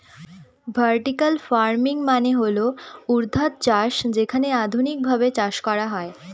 vertical farming মানে হল ঊর্ধ্বাধ চাষ যেখানে আধুনিকভাবে চাষ করা হয়